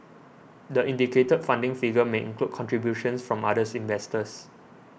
the indicated funding figure may include contributions from other investors